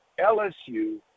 LSU